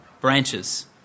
branches